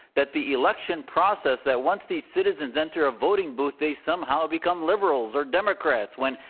that the election process, that once these citizens enter a voting booth, they somehow become liberals or democrats when,